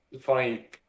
Funny